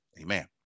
Amen